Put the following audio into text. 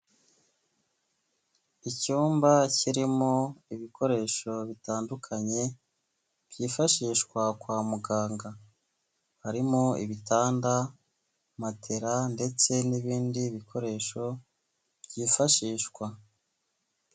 Icyumba kirimo ibikoresho bitandukanye byifashishwa kwa muganga harimo ibitanda, matela, ndetse n'ibindi bikoresho byifashishwa.